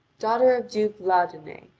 daughter of duke laudunet,